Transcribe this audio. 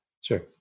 Sure